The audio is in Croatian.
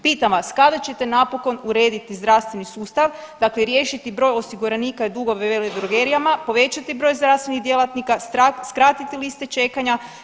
Pitam vas, kada ćete napokon urediti zdravstveni sustav, dakle riješiti broj osiguranika i dugove veledrogerijama, povećati broj zdravstvenih djelatnika, skratiti liste čekanja?